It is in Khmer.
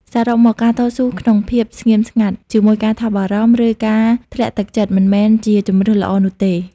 សរុបមក ការតស៊ូក្នុងភាពស្ងៀមស្ងាត់ជាមួយការថប់បារម្ភ ឬការធ្លាក់ទឹកចិត្ត មិនមែនជាជម្រើសល្អនោះទេ។